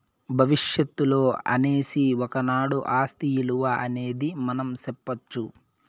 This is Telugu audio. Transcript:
భవిష్యత్తులో అనేసి ఒకనాడు ఆస్తి ఇలువ అనేది మనం సెప్పొచ్చు